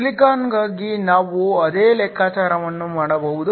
ಸಿಲಿಕಾನ್ಗಾಗಿ ನಾವು ಅದೇ ಲೆಕ್ಕಾಚಾರವನ್ನು ಮಾಡಬಹುದು